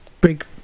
Big